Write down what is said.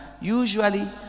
usually